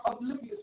oblivious